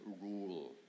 rule